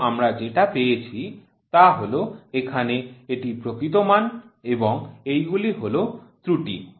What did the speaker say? তো আমরা যেটা পেয়েছি তা হল এখানে এটি প্রকৃত মান এবং এগুলি হল ত্রুটি